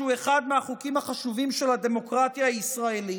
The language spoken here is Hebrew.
שהוא אחד מהחוקים החשובים של הדמוקרטיה הישראלית,